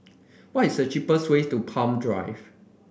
what is the cheapest way to Palm Drive